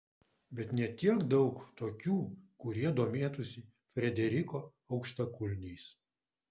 bet ne tiek daug tokių kurie domėtųsi frederiko aukštakulniais